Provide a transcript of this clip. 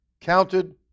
counted